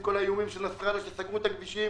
האיומים של נסראללה עת סגרו את הכבישים.